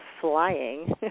flying